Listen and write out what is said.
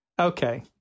Okay